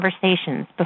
conversations